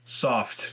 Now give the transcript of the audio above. soft